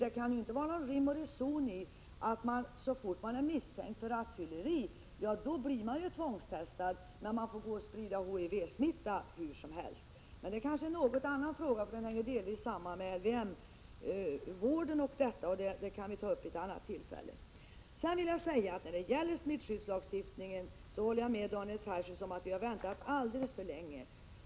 Det kan inte vara rim och reson att man så snart man är misstänkt för rattfylleri blir tvångstestad men att man får gå omkring och sprida HIV-smitta hur som helst. Men det är kanske en något annan fråga, eftersom den delvis hänger samman med LVM-vården, och den kan vi ta upp vid ett annat tillfälle. När det gäller smittskyddslagen håller jag med Daniel Tarschys om att vi har väntat alldeles för länge.